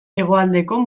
hegoaldeko